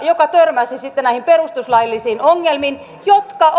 joka törmäsi sitten näihin perustuslaillisiin ongelmiin jotka